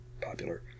popular